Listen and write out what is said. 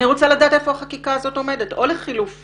אני רוצה לדעת איפה החקיקה עומדת או שלחילופין